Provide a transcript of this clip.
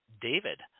David